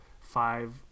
five